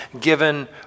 given